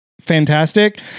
fantastic